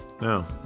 Now